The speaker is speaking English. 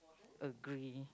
agree